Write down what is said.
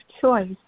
choice